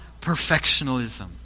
perfectionalism